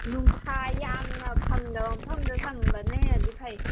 ꯅꯨꯡꯁꯥ ꯌꯥꯝꯅ ꯐꯪꯗꯕ ꯃꯐꯝꯗ ꯊꯝꯕꯅ ꯍꯦꯟꯅꯗꯤ ꯐꯩ